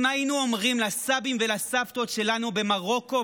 אם היינו אומרים לסבים ולסבתות שלנו במרוקו,